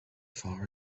far